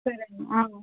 చూడండి